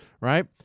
Right